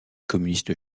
communiste